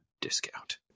discount